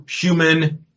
human